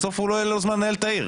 בסוף לא יהיה לו זמן לנהל את העיר.